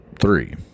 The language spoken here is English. three